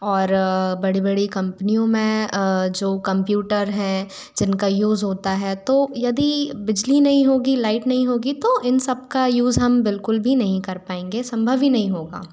और बड़ी बड़ी कम्पनियों में जो कंप्यूटर हैं जिनका यूज़ होता है तो यदि बिजली नहीं होगी लाइट नहीं होगी तो इन सबका यूज़ हम बिल्कुल भी नहीं कर पाएंगे संभव ही नहीं होगा